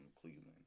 Cleveland